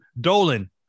Dolan